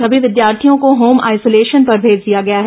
सभी विद्यार्थियों को होम आइसोलेशन पर भेज दिया गया है